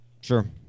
Sure